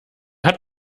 hat